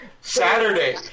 Saturday